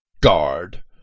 guard